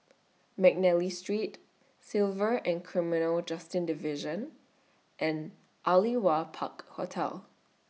Mcnally Street Civil and Criminal Justice Division and Aliwal Park Hotel